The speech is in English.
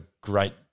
great